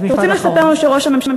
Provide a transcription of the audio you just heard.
אז אתם רוצים לספר לנו שראש הממשלה,